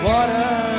Water